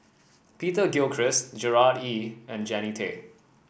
Peter Gilchrist Gerard Ee and Jannie Tay